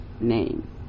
name